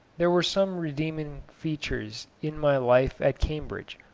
there were some redeeming features in my life at cambridge,